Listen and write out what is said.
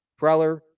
Preller